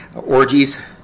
orgies